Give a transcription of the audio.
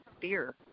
fear